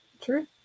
True